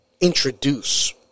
introduce